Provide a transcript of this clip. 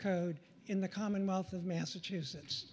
code in the commonwealth of massachusetts